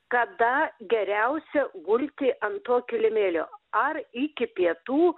kada geriausia gulti ant to kilimėlio ar iki pietų